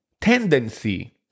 tendency